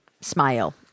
smile